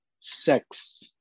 sex